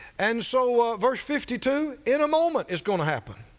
and so ah verse fifty-two, in a moment, it's going to happen,